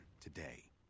today